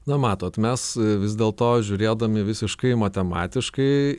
na matot mes vis dėlto žiūrėdami visiškai matematiškai